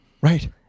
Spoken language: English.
right